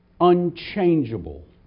unchangeable